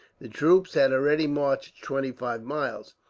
the troops had already marched twenty-five miles,